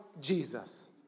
Jesus